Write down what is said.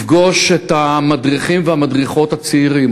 לפגוש את המדריכים והמדריכות הצעירים,